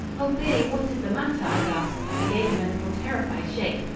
oh, billy, what is the matter? i gasped and gave him a little terrified shake.